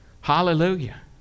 Hallelujah